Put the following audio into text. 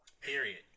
Period